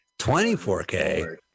24K